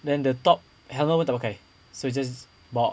then the top helmet put tak pakai so it's just bo~